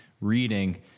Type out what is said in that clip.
reading